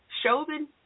Chauvin